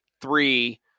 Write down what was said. three